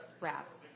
Rats